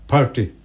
Party